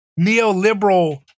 neoliberal